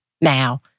now